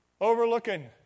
overlooking